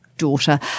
daughter